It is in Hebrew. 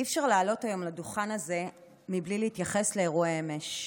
אי-אפשר לעלות היום לדוכן הזה מבלי להתייחס לאירועי אמש.